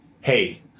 Hey